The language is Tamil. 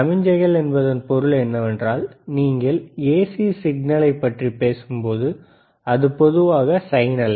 சமிக்ஞைகள் என்பதன் பொருள் என்னவென்றால் நீங்கள் ஏசி சிக்னலைப் பற்றி பேசும்போது அது பொதுவாக சைன் அலை